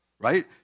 Right